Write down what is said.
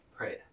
Right